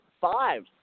five